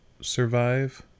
survive